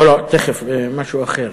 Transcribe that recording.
לא, תכף, משהו אחר.